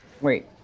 Wait